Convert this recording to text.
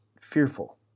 fearful